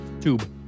tube